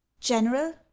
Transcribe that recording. general